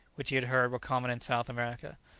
which he had heard were common in south america.